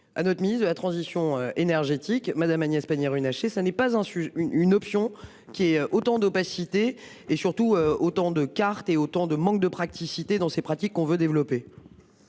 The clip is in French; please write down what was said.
à notre ministre de la transition énergétique, madame Agnès Pannier-Runacher. Ça n'est pas un sujet. Une option qui est autant d'opacité et surtout autant de cartes et autant de manque de praticité dans ces pratiques. On veut développer.